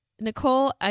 Nicole